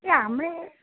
এ আমরে